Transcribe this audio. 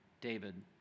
David